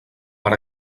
per